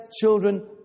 children